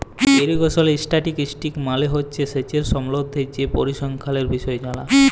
irrigation statistics মালে হছে সেঁচের সম্বল্ধে যে পরিসংখ্যালের বিষয় জালা